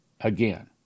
again